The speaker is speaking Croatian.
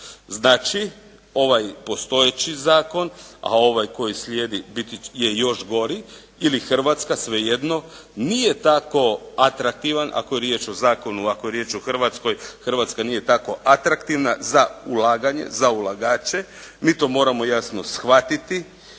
Znači ovaj postojeći zakon a ovaj koji slijedi je još gori. Ili Hrvatska svejedno, nije tako atraktivan ako je riječ o zakonu, ako je riječ o Hrvatskoj, Hrvatska nije tako atraktivna za ulaganje, za ulagače, mi to moramo jasno shvatiti.